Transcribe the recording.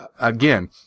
again